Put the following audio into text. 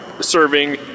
serving